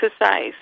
exercise